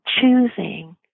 choosing